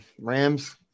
Rams